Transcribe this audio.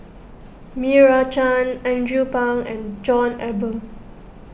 Meira Chand Andrew Phang and John Eber